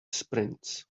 sprints